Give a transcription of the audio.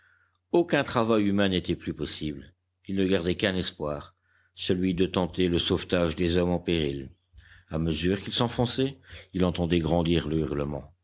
aucun travail humain n'était plus possible il ne gardait qu'un espoir celui de tenter le sauvetage des hommes en péril a mesure qu'il s'enfonçait il entendait grandir